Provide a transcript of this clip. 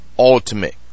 ultimate